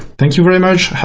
thank you very much.